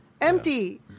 Empty